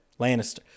Lannister